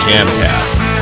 Jamcast